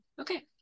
Okay